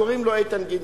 קוראים לו איתן גינזבורג.